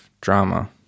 drama